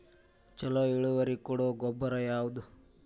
ಛಲೋ ಇಳುವರಿ ಕೊಡೊ ಗೊಬ್ಬರ ಯಾವ್ದ್?